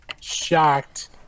shocked